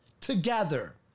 together